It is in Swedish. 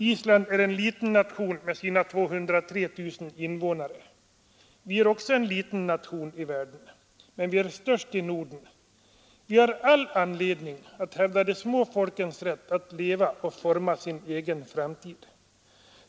Island är en liten nation med sina 203 000 invånare. Vi är också en liten nation i världen. Men vi är störst i Norden. Vi har all anledning att hävda de små folkens rätt att leva och forma sin egen framtid.